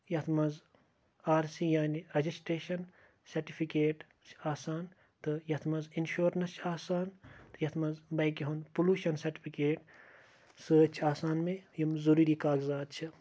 یَتھ منٛز R C یَعنے رجشٹریٚشن سیٚٹفِکیٹ چھِ آسان تہٕ یَتھ منٛز اِنشورنَس چھِ آسان تہٕ یَتھ منٛز بایکہِ ہُنٛد پُلوشن سَٹِفِکیٹ سۭتۍ چھِ آسان مےٚ یِم ضروٗری کاغزات چھِ